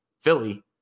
Philly –